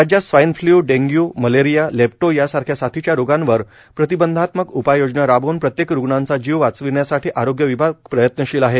राज्यात swine flu dengue malaria lepto यांसारख्या साथीच्या रोगांवर प्रतिबंधात्मक उपाययोजना राबवून प्रत्येक रूग्णाचा जीव वाचविण्यासाठी आरोग्य विभाग प्रयत्नशील आहे